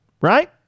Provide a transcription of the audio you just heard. right